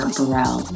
Burrell